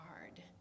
hard